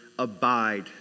Abide